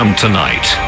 Tonight